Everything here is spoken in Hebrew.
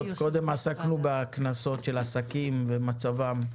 קודם עסקנו בקנסות של עסקים ומצבם.